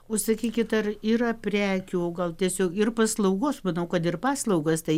o sakykit ar yra prekių o gal tiesiog ir paslaugų aš manau kad ir paslaugas tai